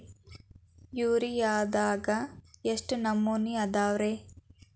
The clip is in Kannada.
ಯೂರಿಯಾದಾಗ ಎಷ್ಟ ನಮೂನಿ ಅದಾವ್ರೇ?